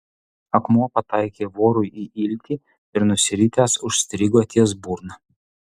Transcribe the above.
akmuo pataikė vorui į iltį ir nusiritęs užstrigo ties burna